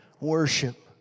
worship